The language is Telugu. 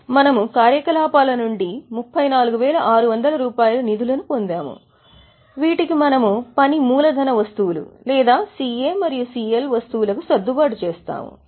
కాబట్టి మనము కార్యకలాపాల నుండి 34600 రూపాయల నిధులను పొందుతాము వీటికి మనము పని మూలధన వస్తువులు లేదా CA మరియు CL వస్తువులకు సర్దుబాటు చేస్తాము